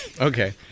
Okay